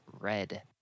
red